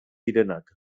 direnak